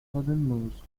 southernmost